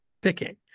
picking